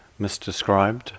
misdescribed